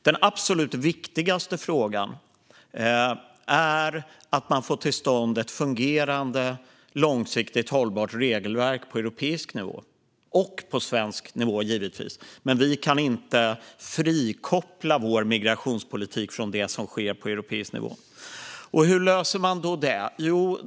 Den absolut viktigaste frågan är att få till stånd ett fungerande, långsiktigt hållbart regelverk på europeisk nivå, och på svensk nivå givetvis. Men vi kan inte frikoppla vår migrationspolitik från det som sker på europeisk nivå. Hur löser man då det?